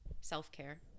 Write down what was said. self-care